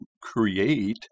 create